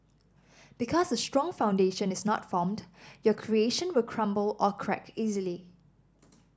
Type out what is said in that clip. because a strong foundation is not formed your creation will crumble or crack easily